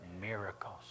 miracles